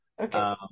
Okay